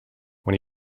when